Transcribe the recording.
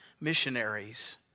missionaries